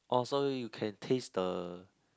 oh so you can taste the